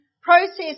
process